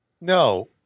No